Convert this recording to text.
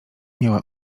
miała